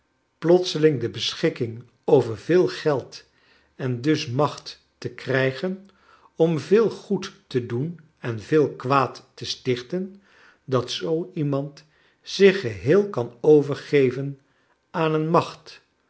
plotseling de beschikking over veel geld en dus de macht te krijgen om veel goed te doen en veel kwaad te stichten dat zoo iemand zich geheel kan overgeven aan een macht